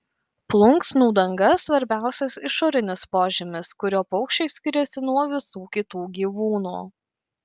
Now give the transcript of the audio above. plunksnų danga svarbiausias išorinis požymis kuriuo paukščiai skiriasi nuo visų kitų gyvūnų